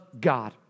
God